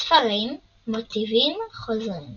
הספרים מוטיבים חוזרים